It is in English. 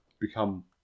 become